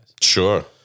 Sure